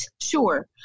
sure